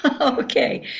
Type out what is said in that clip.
Okay